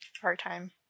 Part-time